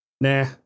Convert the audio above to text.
nah